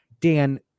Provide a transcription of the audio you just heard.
Dan